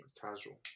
casual